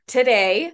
Today